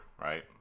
right